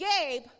Gabe